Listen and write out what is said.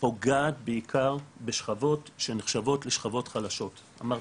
פוגעת בעיקר בשכבות שנחשבות לשכבות חלשות, אמרת,